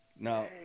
Now